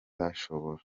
ashobora